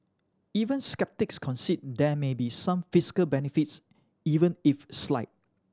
even sceptics concede there may be some physical benefits even if slight